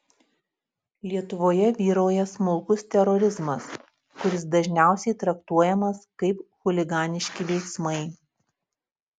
lietuvoje vyrauja smulkus terorizmas kuris dažniausiai traktuojamas kaip chuliganiški veiksmai